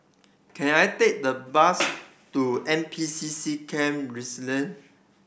can I take the bus to N P C C Camp Resilience